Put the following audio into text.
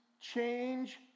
change